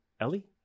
Ellie